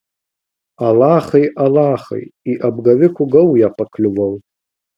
alachai alachai į apgavikų gaują pakliuvau